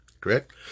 Correct